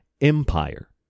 empire